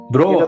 Bro